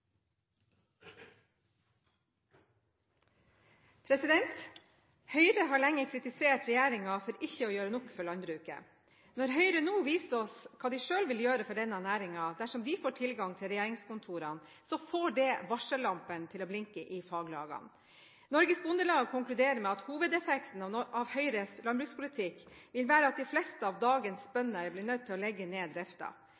Høyre har lenge kritisert regjeringen for ikke å gjøre nok for landbruket. Når Høyre nå viser oss hva de selv vil gjøre for denne næringen dersom de får tilgang til regjeringskontorene, får det varsellampene til å blinke i faglagene. Norges Bondelag konkluderer med at hovedeffekten av Høyres landbrukspolitikk vil være at de fleste av dagens